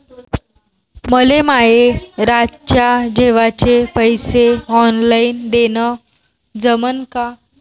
मले माये रातच्या जेवाचे पैसे ऑनलाईन देणं जमन का?